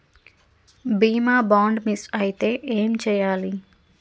బీమా bond miss అయితే ఏం చేయాలి?